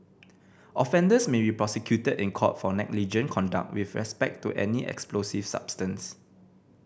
offenders may be prosecuted in court for negligent conduct with respect to any explosive substance